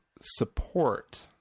support